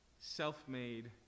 self-made